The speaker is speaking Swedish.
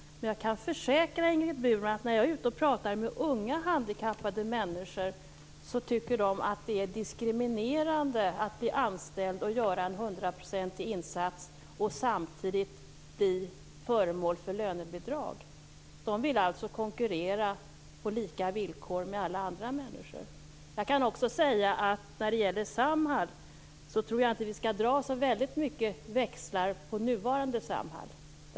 Men jag kan försäkra Ingrid Burman att unga handikappade, som jag talar med när jag är ute, tycker att det är diskriminerande att bli anställd för att göra en hundraprocentig insats och samtidigt bli föremål för lönebidrag. De vill alltså konkurrera med alla andra människor på lika villkor. Jag kan också säga att jag inte tror att vi skall dra så stora växlar på nuvarande Samhall.